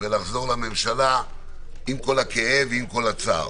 ולחזור לממשלה עם כל הכאב ועם כל הצער.